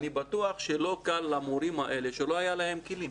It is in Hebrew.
אני בטוח שלא קל למורים האלה שלא היה להם כלים.